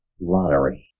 Lottery